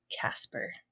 Casper